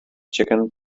chicken